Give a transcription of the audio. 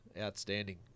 outstanding